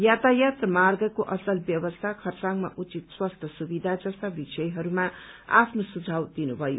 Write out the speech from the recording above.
यातायात र मार्गको असल व्यवस्था खरसाङमा उचित स्वास्थ्य सुविधा जस्ता विषयहरूमा आफ्नो सुझाउ दिनुभयो